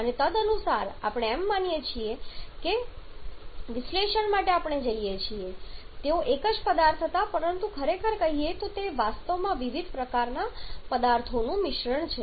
અને તદનુસાર આપણે એમ માનીને વિશ્લેષણ માટે જઈએ છીએ કે તેઓ એક જ પદાર્થ હતા પરંતુ ખરેખર કહીએ તો તેઓ વાસ્તવમાં વિવિધ પ્રકારના પદાર્થોનું મિશ્રણ છે